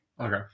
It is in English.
Okay